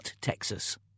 Texas